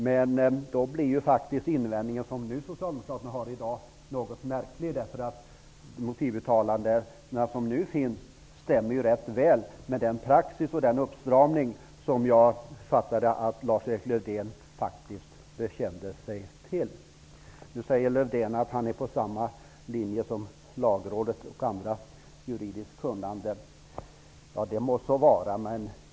Men då blir den invändning som socialdemokraterna gör i dag märklig, för de motivuttalanden som nu finns stämmer rätt väl med den praxis och den uppstramning som jag uppfattade att Lars-Erik Lövdén faktiskt bekände sig till. Nu säger Lars-Erik Lövdén att han är på samma linje som Lagrådet och andra juridiskt kunniga. Det må så vara.